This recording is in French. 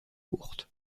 courtes